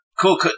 Cool